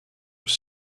were